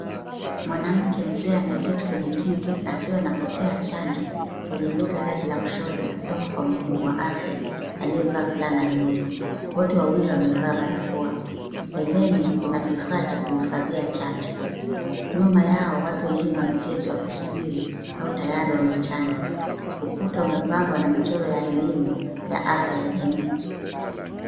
Mwanamke mzee ameketi kwenye kiti, akiwa anapokea chanjo kwenye bega lake la kushoto, kutoka kwa mhudumu wa afya, aliyevaa fulana nyeupe. Wote wawili wamevaa barakoa, pembeni kuna kifaa cha kuhifadhia chanjo. Nyuma yao watu wengine wameketi wakisubiri, au tayari wamechanjwa. Ukuta umepambwa na michoro ya elimu, ya afya ya jamiii.